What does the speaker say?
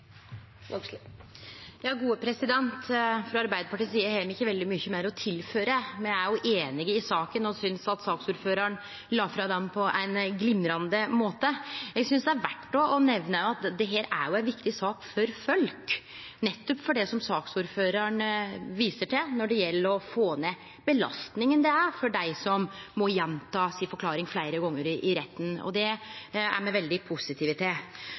einige i saka og synest at saksordføraren la fram saka på ein glimrande måte. Eg synest det er verdt å nemne at dette er ei viktig sak for folk, nettopp på grunn av det som saksordføraren viste til når det gjeld å få ned den belastinga det er for dei som må gjenta forklaringa si fleire gonger i retten. Difor er me veldig positive til